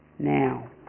Now